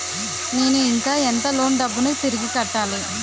నేను ఇంకా ఎంత లోన్ డబ్బును తిరిగి కట్టాలి?